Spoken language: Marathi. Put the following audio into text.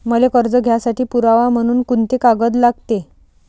मले कर्ज घ्यासाठी पुरावा म्हनून कुंते कागद लागते?